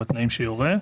ובתנאים שיורה.